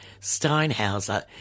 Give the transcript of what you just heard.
Steinhauser